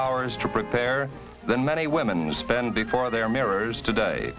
hours to prepare than many women spend before their mirrors today